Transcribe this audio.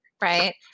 Right